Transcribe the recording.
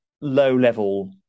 low-level